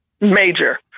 Major